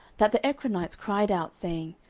that the ekronites cried out, saying,